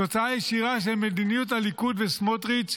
תוצאה ישירה של מדיניות הליכוד וסמוטריץ,